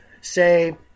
say